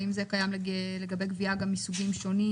האם זה קיים לגבי גבייה מסוגים שונים?